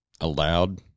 allowed